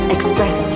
Express